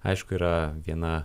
aišku yra viena